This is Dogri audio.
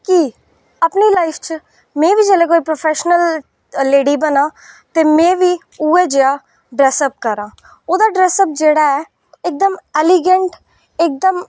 कि अपनी लाईफ च में बी जेल्लै कोई प्रोफेशनल लेडी बनां ते में बी उ'ऐ जनेहा ड्रैसअप करां ओह्दा ड्रैसअप जेह्ड़ा ऐ इकदम एलीगेंट